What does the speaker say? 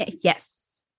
Yes